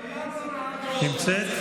נמצאת?